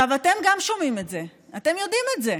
גם אתם שומעים את זה, אתם יודעים את זה,